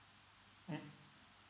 mm